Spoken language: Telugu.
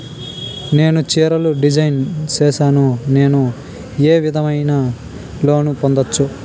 నేను చీరలు డిజైన్ సేస్తాను, నేను ఏ విధమైన లోను పొందొచ్చు